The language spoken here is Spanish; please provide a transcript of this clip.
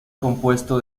compuesto